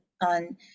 on